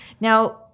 now